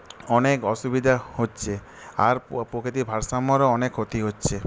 অনেক অসুবিধা হচ্ছে আর প্রকৃতির ভারসাম্যেরও অনেক ক্ষতি হচ্ছে